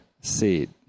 seed